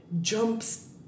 jumps